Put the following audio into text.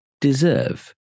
deserve